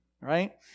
right